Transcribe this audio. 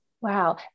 Wow